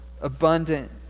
abundant